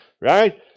right